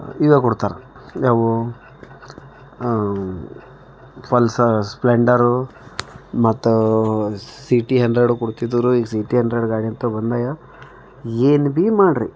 ಇವು ಕೊಡ್ತಾರ ಯಾವು ಪಲ್ಸರ್ ಸ್ಪ್ಲೆಂಡರೂ ಮತ್ತೆ ಸಿ ಟಿ ಹಂಡ್ರೆಡು ಕೊಡ್ತಿದ್ದೋರು ಈಗ ಸಿ ಟಿ ಹಂಡ್ರೆಡ್ ಗಾಡಿ ಅಂತ ಬಂದಾಯ ಏನು ಬೀ ಮಾಡ್ರಿ